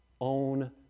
own